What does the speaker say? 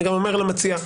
אני גם אומר למציע.